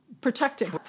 Protecting